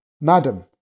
Madam